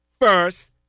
first